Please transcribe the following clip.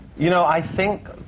you know, i think